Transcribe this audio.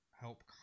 help